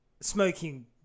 smoking